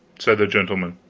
said the gentleman,